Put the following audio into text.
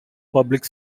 public